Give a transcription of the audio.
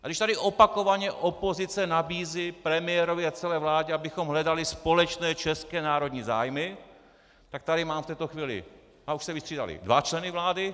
A když tady opakovaně opozice nabízí premiérovi a celé vládě, abychom hledali společné české národní zájmy, tak tady mám v této chvíli a už se vystřídali dva členy vlády.